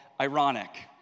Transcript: Ironic